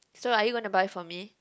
so are you gonna buy for me